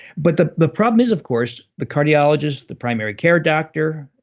but the the problem is of course, the cardiologists, the primary care doctor,